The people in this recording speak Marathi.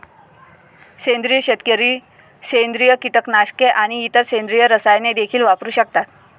सेंद्रिय शेतकरी सेंद्रिय कीटकनाशके आणि इतर सेंद्रिय रसायने देखील वापरू शकतात